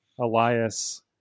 Elias